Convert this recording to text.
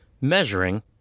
Measuring